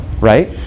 right